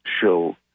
show